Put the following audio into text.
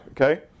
okay